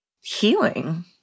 healing